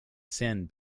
sand